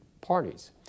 parties